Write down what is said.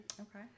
Okay